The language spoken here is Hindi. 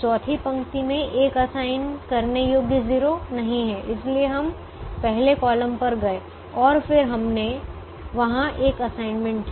चौथी पंक्ति में एक असाइन करने योग्य 0 नहीं है इसलिए हम पहले कॉलम पर गए और फिर हमने वहां एक असाइनमेंट किया